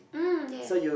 mm yes